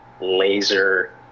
laser